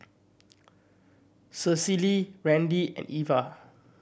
Cecily Randi and Ivah